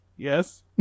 Yes